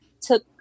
took